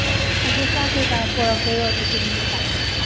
ꯑꯗꯨ ꯆꯥꯛ ꯀꯩꯀꯥ ꯄꯣꯔꯛꯇꯣꯏꯔꯣ ꯇꯤꯐꯤꯟ ꯀꯩꯀꯥ